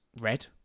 red